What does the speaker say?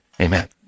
Amen